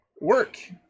work